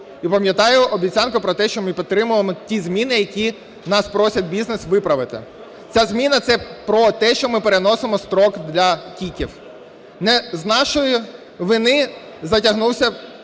І пам'ятаю обіцянку про те, що ми підтримуємо ті зміни, які нас просить бізнес виправити. Ця зміна – це про те, що ми переносимо строк для КІКів. Не з нашої вини затягнувся